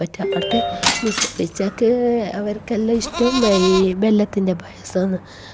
അവറ്റെ മുസ്താഫ ഇച്ചാക്ക് അവര്ക്കെല്ലാം ഇഷ്ടം ഈ വെല്ലത്തിന്റെ പായസം ആണ്